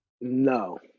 No